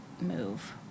move